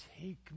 Take